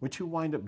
what you wind up